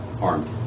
armed